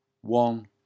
one